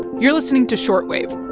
you're listening to short wave.